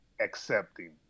accepting